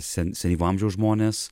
sen senyvo amžiaus žmonės